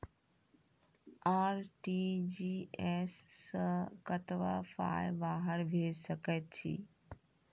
RTGS सअ कतबा पाय बाहर भेज सकैत छी?